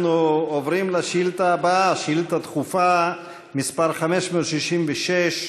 אנחנו עוברים לשאילתה דחופה מס' 566,